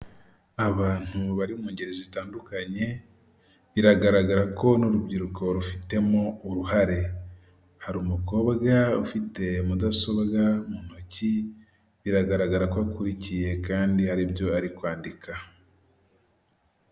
Abantu bari mu ngeri zitandukanye biragaragara ko n'urubyiruko rufitemo uruhare, hari umukobwa ufite mudasobwa mu ntoki biragaragara ko akurikiyeye kandi hari ibyo ari kwandika.